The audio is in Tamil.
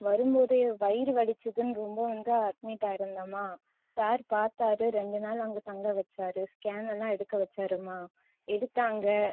வரும் போதே வயிறு வலித்ததுன்னு ரொம்ப வந்து அட்மிட்டாகிருந்தேன்மா சார் பார்த்தாரு ரெண்டு நாள் அங்கே தங்க வச்சார் ஸ்கேனலாம் எடுக்க வச்சாருமா எடுத்தாங்க